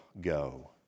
go